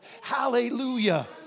Hallelujah